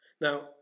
Now